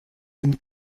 den